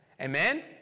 Amen